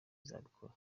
izabikora